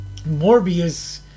Morbius